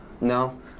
No